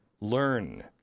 learn